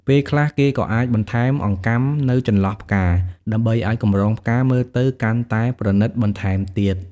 ពេលខ្លះ គេក៏អាចបន្ថែមអង្កាំនៅចន្លោះផ្កា ដើម្បីឲ្យកម្រងផ្កាមើលទៅកាន់តែប្រណិតបន្ថែមទៀត។